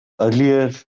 earlier